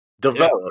develop